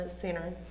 Center